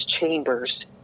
chambers